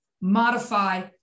modify